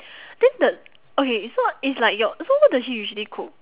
then the okay so it's like your so what does she usually cook